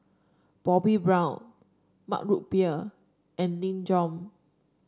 Bobbi Brown Mug Root Beer and Nin Jiom